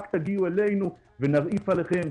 רק תגיעו אלינו ונרעיף עליכם,